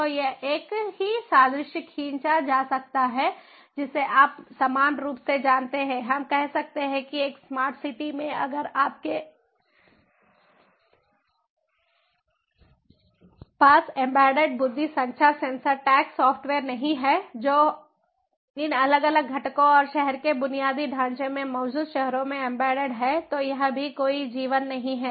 तो एक ही सादृश्य खींचा जा सकता है जिसे आप समान रूप से जानते हैं हम कह सकते हैं कि एक स्मार्ट सिटी में अगर आपके पास एम्बेडेड बुद्धि संचार सेंसर टैग सॉफ़्टवेयर नहीं है जो इन अलग अलग घटकों और शहर के बुनियादी ढांचे में मौजूदा शहरों में एम्बेडेड है तो यह भी कोई जीवन नहीं है